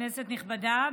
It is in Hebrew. כנסת נכבדה,